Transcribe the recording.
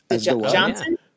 Johnson